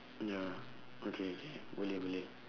ya okay K boleh boleh